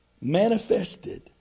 Manifested